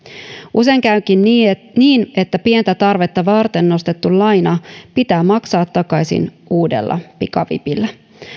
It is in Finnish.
usein käykin niin että pientä tarvetta varten nostettu laina pitää maksaa takaisin uudella pikavipillä